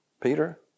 Peter